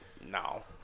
no